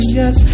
yes